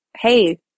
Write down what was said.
hey